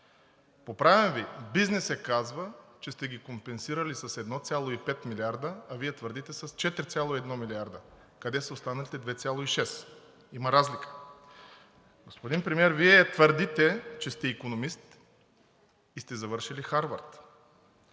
Поправям Ви – бизнесът казва, че сте ги компенсирали с 1,5 милиарда, а Вие твърдите с 4,1 милиарда. Къде са останалите 2,6? Има разлика! Господин Премиер, Вие твърдите, че сте икономист и сте завършили Харвард